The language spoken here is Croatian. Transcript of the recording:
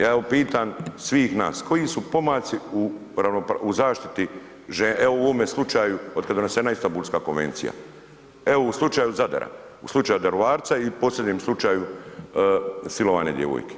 Ja pitam svih nas, koji su pomaci u zaštiti u ovome slučaju od kada je donesena Istambulska konvencija, evo u slučaju Zadar, u slučaju Daruvarca i u posljednjem slučaju silovanja djevojke?